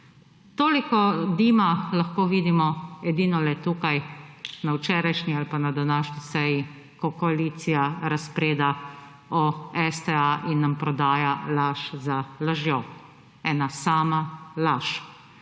toliko dima lahko vidimo edino le tukaj na včerajšnji ali pa na današnji seji, ko koalicija razpreda o STA in nam prodaja laž za lažjo. Ena sama laž.